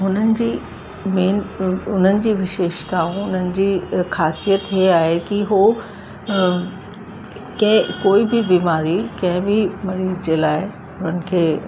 हुननि जी मेन हुननि जी विशेषताऊं हुननि जी ख़ासियत हे आहे कि हो के कोई बि बीमारी कंहिं बि मरीज लाइ हुननि खे